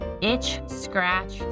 itch-scratch